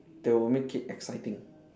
that will make it exciting